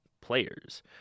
players